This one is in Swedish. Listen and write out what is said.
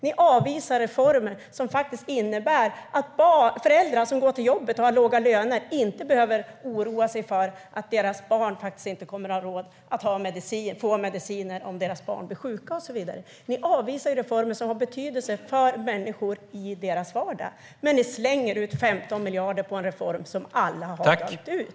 Ni avvisar reformer som innebär att föräldrar med låga löner inte behöver oroa sig för att inte ha råd med mediciner om deras barn blir sjuka. Ni avvisar reformer som har betydelse för människor i deras vardag, men ni slänger ut 15 miljarder på en reform som alla har dömt ut.